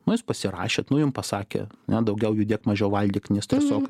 nu jūs pasirašėt nu jum pasakė ane daugiau judėt mažiau valgyk nes tiesiog